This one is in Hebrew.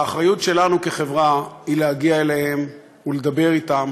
והאחריות שלנו כחברה היא להגיע אליהם ולדבר אתם